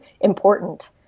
important